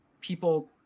people